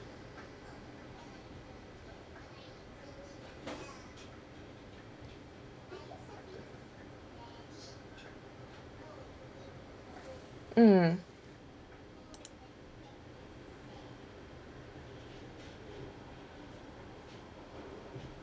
mm